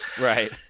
right